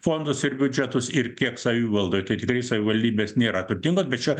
fondus ir biudžetus ir kiek savivaldoj tai tikrai savivaldybės nėra turtingos bet čia